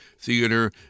Theater